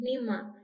Nima